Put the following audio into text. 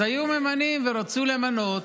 היו ממנים, ורצו למנות,